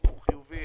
הוא חיובי.